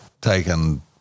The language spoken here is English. taken